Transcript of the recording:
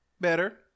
better